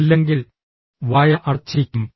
അല്ലെങ്കിൽ വായ അടച്ചിരിക്കും